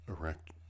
erect